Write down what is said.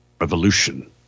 revolution